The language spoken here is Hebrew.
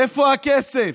איפה הכסף?